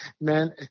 man